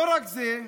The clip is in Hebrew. לא רק זה,